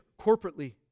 corporately